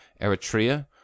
Eritrea